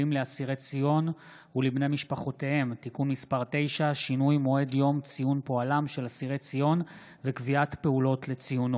הכנסת דן מרזוק: 3 נאומים בני דקה 3 אבי מעוז (הציונות